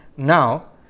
Now